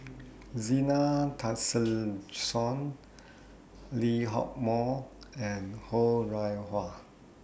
Zena Tessensohn Lee Hock Moh and Ho Rih Hwa